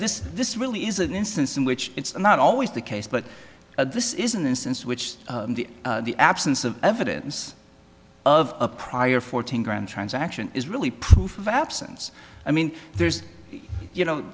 this this really is an instance in which it's not always the case but this is an instance which the absence of evidence of a prior fourteen grand transaction is really proof of absence i mean there's you know